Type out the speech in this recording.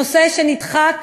נושא שנדחק